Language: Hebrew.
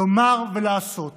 לומר ולעשות.